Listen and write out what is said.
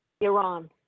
Iran